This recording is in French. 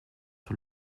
sur